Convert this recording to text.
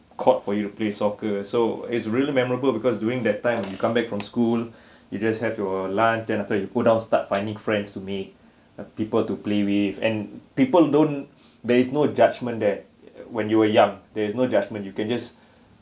court for you to play soccer so is really memorable because during that time you come back from school you just have your lunch and after you cool down start finding friends to meet ah people to play with and people don't there is no judgement there when you were young there is no judgement you can just